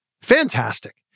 fantastic